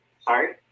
Sorry